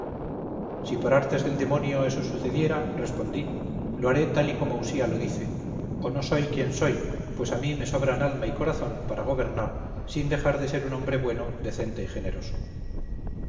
si por artes del demonio eso sucediera respondí lo haré tal y como usía lo dice o no soy quien yo pues a mí me sobran alma y corazón para gobernar sin dejar de ser un hombre bueno decente y generoso